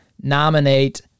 nominate